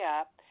up